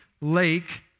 lake